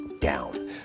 down